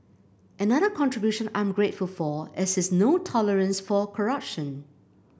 another contribution I'm grateful for is his no tolerance for corruption